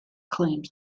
claims